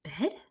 bed